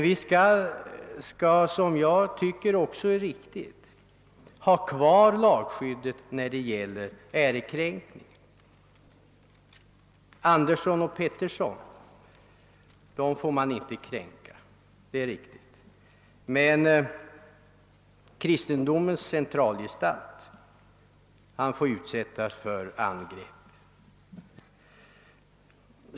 Vi skall emellertid — vilket jag tycker är riktigt — ha kvar lagskyddet när det gäller ärekränkning. Andersson och Pettersson får man inte kränka, men kristendomens centralgestalt får utsättas för angrepp.